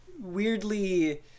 weirdly